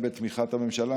הן בתמיכת הממשלה,